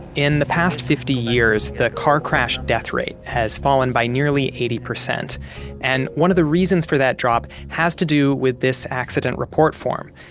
in the past fifty years, the car crash death rate has fallen by nearly eighty percent and one of the reasons for that drop has to do with this accident report form.